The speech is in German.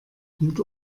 gut